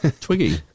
Twiggy